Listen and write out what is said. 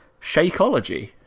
Shakeology